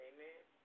Amen